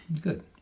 Good